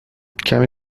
کمی